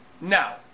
Now